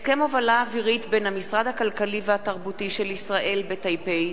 הסכם הובלה אווירית בין המשרד הכלכלי והתרבותי של ישראל בטייפיי,